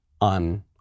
on